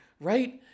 right